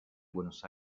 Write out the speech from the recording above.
buenos